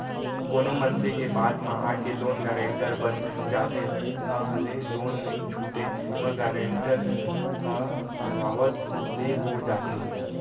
कोनो मनसे के बात म आके लोन गारेंटर बन जाथे ताहले लोन नइ छूटे म गारेंटर ह घलावत ले हो जाथे